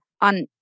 on